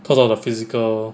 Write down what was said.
cause of the physical